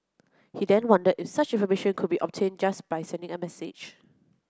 he then wondered if such information could be obtained just by sending a message